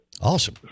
Awesome